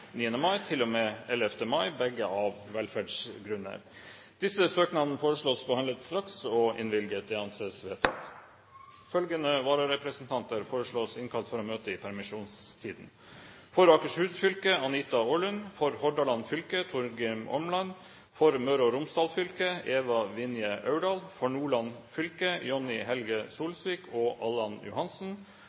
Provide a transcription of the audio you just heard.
mai til og med 11. mai – begge av velferdsgrunner. Etter forslag fra presidenten ble enstemmig besluttet: Søknadene behandles straks og innvilges. Følgende vararepresentanter innkalles for å møte i permisjonstiden: For Akershus fylke: Anita OrlundFor Hordaland fylke: Torkil ÅmlandFor Møre og Romsdal fylke: Eva Vinje AurdalFor Nordland fylke: Jonni Helge Solsvik og Allan